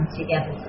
together